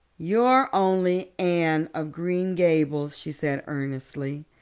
you're only anne of green gables, she said earnestly,